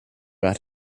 about